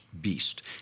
beast